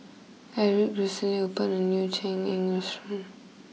Aric recently opened a new Cheng Eng restaurant